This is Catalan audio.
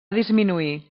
disminuir